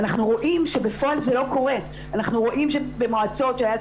ואנחנו רואים שבפועל זה לא קורה.